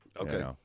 Okay